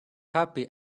happy